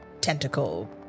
tentacle